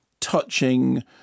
touching